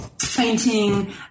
fainting